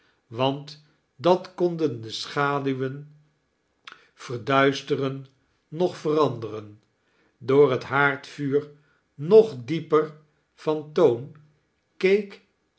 want dat korudien de schaduwen verdudsteran noch verandexen door het haardvuur nog dieper van toon